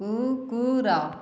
କୁକୁର